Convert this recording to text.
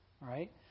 right